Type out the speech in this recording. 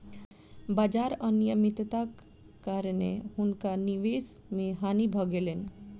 बाजार अनियमित्ताक कारणेँ हुनका निवेश मे हानि भ गेलैन